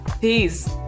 Peace